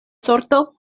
sorto